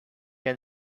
can